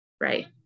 Right